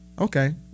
Okay